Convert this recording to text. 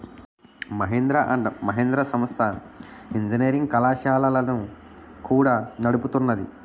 Mahindra and Mahindra సంస్థ engineering కళాశాలలను కూడా నడుపుతున్నాది